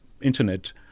internet